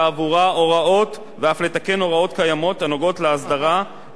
ואף לתקן הוראות קיימות הנוגעות להסדרה ולרישוי מוניות השירות,